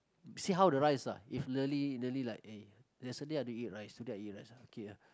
see how the rice ah if really really like eh yesterday I want to eat rice today I eat rice okay ah